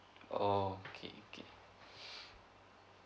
oh okay okay